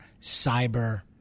cyber